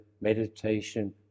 meditation